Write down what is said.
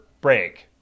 break